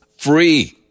free